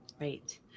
Right